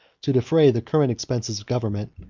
to defray the current expenses of government,